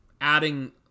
adding